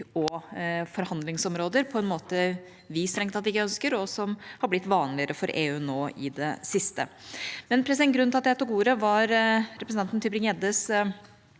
og forhandlingsområder på en måte vi strengt tatt ikke ønsker, og som har blitt vanligere for EU nå i det siste. Grunnen til at jeg tok ordet, var representanten Tybring-Gjeddes